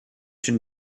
une